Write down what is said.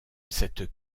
cette